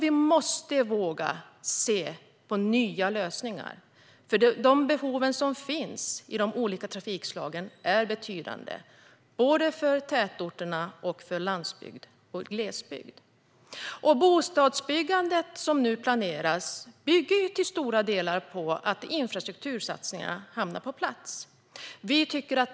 Vi måste börja se på nya lösningar, för de behov som finns i de olika trafikslagen är betydande såväl för tätorterna som för landsbygd och glesbygd. Det bostadsbyggande som nu planeras bygger till stora delar på att infrastruktursatsningarna hamnar på plats.